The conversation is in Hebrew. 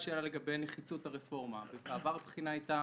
השאלה לגבי נחיצות הרפורמה בעבר, הבחינה הייתה